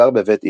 הגר בבית אמו,